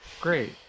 Great